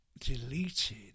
deleted